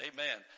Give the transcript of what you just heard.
Amen